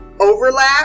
overlap